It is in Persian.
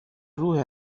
روح